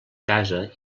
casa